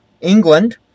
England